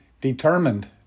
determined